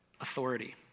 authority